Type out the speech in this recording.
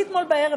מאתמול בערב,